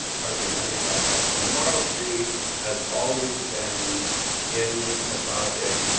pardon me, let me back up. the memorial tree has always been in the project.